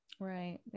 Right